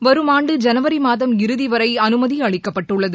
வரும் ஆண்டு ஜனவரி மாதம் இறுதி வரை அனுமதி அளிக்கப்பட்டுள்ளது